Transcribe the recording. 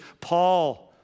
Paul